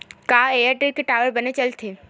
का एयरटेल के टावर बने चलथे?